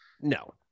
no